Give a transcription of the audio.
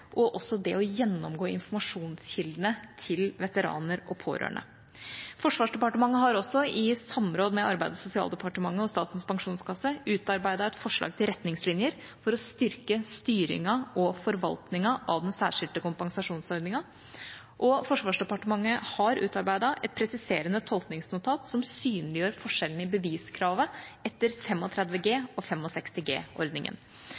er også andre tiltak under planlegging, som bl.a. et nytt elektronisk saksbehandlingssystem for personskader og å gjennomgå informasjonskildene til veteraner og pårørende. Forsvarsdepartementet har også i samråd med Arbeids- og sosialdepartementet og Statens pensjonskasse utarbeidet et forslag til retningslinjer for å styrke styringen og forvaltningen av den særskilte kompensasjonsordningen, og Forsvarsdepartementet har utarbeidet et presiserende tolkningsnotat som synliggjør forskjellen i beviskravet etter 35 G-